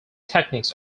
techniques